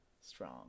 strong